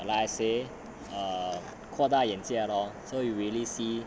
like I say err 扩大眼界 lor so you really see